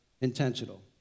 intentional